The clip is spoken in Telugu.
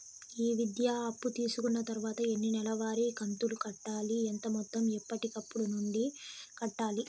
ఈ విద్యా అప్పు తీసుకున్న తర్వాత ఎన్ని నెలవారి కంతులు కట్టాలి? ఎంత మొత్తం ఎప్పటికప్పుడు నుండి కట్టాలి?